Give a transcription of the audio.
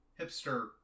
hipster